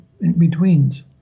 in-betweens